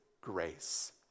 grace